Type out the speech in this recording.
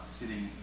sitting